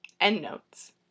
Endnotes